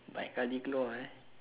banyak kali keluar eh